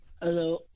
Hello